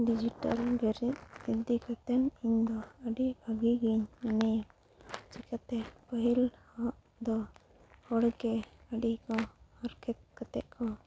digital ᱰᱮᱨᱮᱫ ᱤᱫᱤ ᱠᱟᱛᱮᱫ ᱤᱧ ᱫᱚ ᱟᱹᱰᱤ ᱵᱷᱟᱹᱜᱤ ᱜᱤᱧ ᱢᱚᱱᱮᱭᱟ ᱪᱤᱠᱟᱹᱛᱮ ᱯᱟᱹᱦᱤᱞ ᱡᱚᱠᱷᱱ ᱫᱚ ᱦᱚᱲ ᱜᱮ ᱟᱹᱰᱤ ᱠᱚ ᱦᱟᱨᱠᱮᱛ ᱠᱟᱛᱮᱫ ᱠᱚ